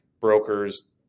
brokers